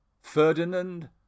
Ferdinand